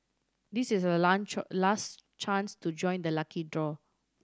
this is your last chance to join the lucky draw